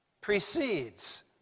precedes